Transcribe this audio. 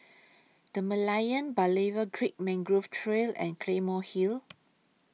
The Merlion Berlayer Creek Mangrove Trail and Claymore Hill